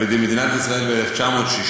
על-ידי מדינת ישראל ב-1990,